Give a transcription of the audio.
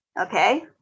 Okay